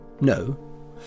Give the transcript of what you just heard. No